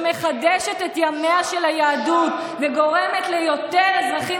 שמחדשת את ימיה של היהדות וגורמת ליותר אזרחים